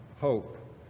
hope